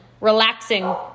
relaxing